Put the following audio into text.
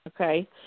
okay